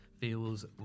feels